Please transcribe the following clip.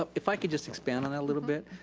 um if i could just expand on that a little bit.